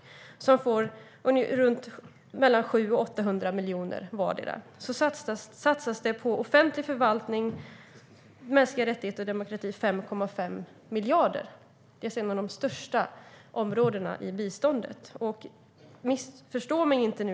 Dessa får mellan 700 och 800 miljoner vardera, medan 5,5 miljarder satsas på offentlig förvaltning, mänskliga rättigheter och demokrati, vilket är ett av de största områdena i biståndet. Missförstå mig inte.